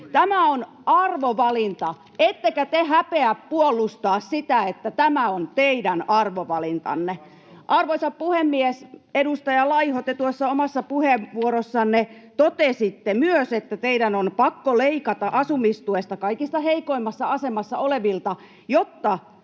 Tämä on arvovalinta, ettekä te häpeä puolustaa sitä, että tämä on teidän arvovalintanne. Arvoisa puhemies! Edustaja Laiho, te tuossa omassa puheenvuorossanne totesitte myös, että teidän on pakko leikata asumistuesta kaikista heikoimmassa asemassa olevilta, jotta